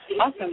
Awesome